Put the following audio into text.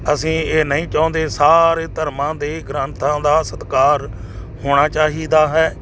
ਅਸੀਂ ਇਹ ਨਹੀਂ ਚਾਹੁੰਦੇ ਸਾਰੇ ਧਰਮਾਂ ਦੇ ਗ੍ਰੰਥਾਂ ਦਾ ਸਤਿਕਾਰ ਹੋਣਾ ਚਾਹੀਦਾ ਹੈ